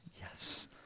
yes